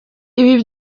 ibi